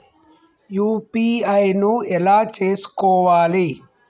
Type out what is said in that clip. UPI ను ఎలా చేస్కోవాలి?